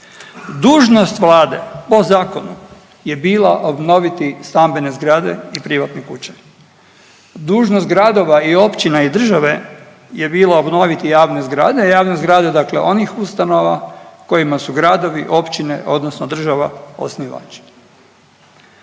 Dužnost Vlade po zakonu je bila obnoviti stambene zgrade i privatne kuće, dužnost gradova i općina i države je bila obnoviti javne zgrade, javne zgrada onih ustanova kojima su gradovi, općine odnosno država osnivači.